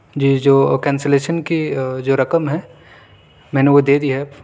جی جو کینسیلیشن کی جو رقم ہے میں نے وہ دے دیا ہے